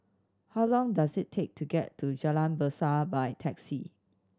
how long does it take to get to Jalan Berseh by taxi